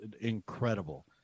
incredible